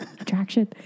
attraction